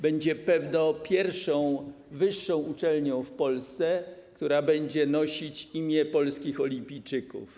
Będzie pewnie pierwszą wyższą uczelnią w Polsce, która będzie nosić imię polskich olimpijczyków.